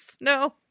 No